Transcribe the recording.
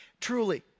Truly